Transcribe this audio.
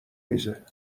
میزه